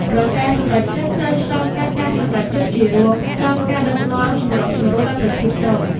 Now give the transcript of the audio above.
រាល់ការសម្រេចចិត្តត្រូវឆ្លងកាត់ការសម្រេចចិត្តជារួម ក្រោមការដឹកនាំសម្របសម្រួលដោយប្រធានក្រុម។